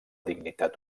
dignitat